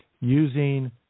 using